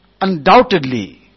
undoubtedly